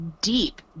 deep